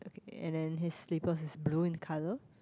and then his slippers is blue in colour